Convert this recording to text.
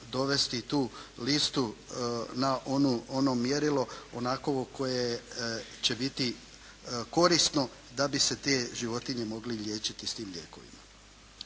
dovesti tu listu na onu, ono mjerilo onakovo koje će biti korisno da bi se te životinje mogle liječiti s tim lijekovima.